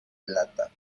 plata